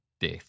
death